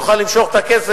הוא יוכל למשוך את הכסף,